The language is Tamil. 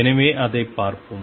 எனவே அதைப் பார்ப்போம்